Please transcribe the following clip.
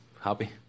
happy